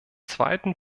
zweiten